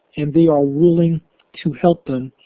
and they are ruling to help them.